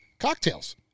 Cocktails